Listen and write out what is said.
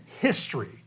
history